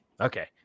okay